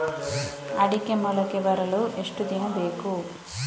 ಅಡಿಕೆ ಮೊಳಕೆ ಬರಲು ಎಷ್ಟು ದಿನ ಬೇಕು?